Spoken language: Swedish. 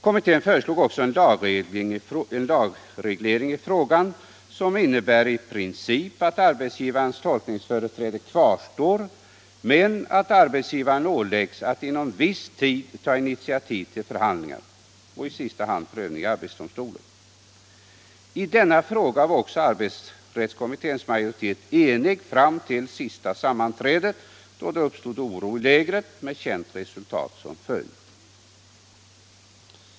Kommittén föreslog också en lagreglering av frågan, som i princip innebär att arbetsgivarens tolkningsföreträde kvarstår men att arbetsgivaren åläggs att inom viss tid ta initiativ till förhandlingar, i sista hand prövning i arbetsdomstolen. I denna fråga var också arbetsrättskommitténs majoritet enig fram till sista sammanträdet, då det uppstod oro i lägret, med känt resultat som följd.